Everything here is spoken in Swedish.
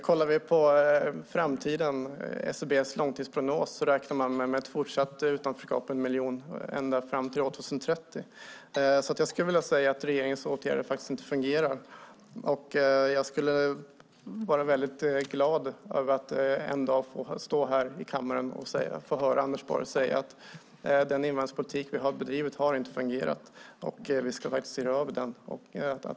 Sett till framtiden räknar man i SCB:s långtidsprognos med ett fortsatt utanförskap för en miljon människor ända fram till år 2030. Jag skulle vilja säga att regeringens åtgärder faktiskt inte fungerar, så jag blir väldigt glad den dagen jag får stå här i kammaren och får höra Anders Borg säga: Den invandringspolitik vi har bedrivit har inte fungerat. Vi ska se över den.